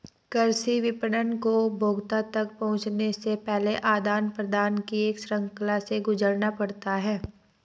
कृषि विपणन को उपभोक्ता तक पहुँचने से पहले आदान प्रदान की एक श्रृंखला से गुजरना पड़ता है